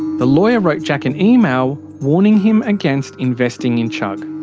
the lawyer wrote jack an email warning him against investing in chugg.